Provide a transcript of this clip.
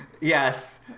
Yes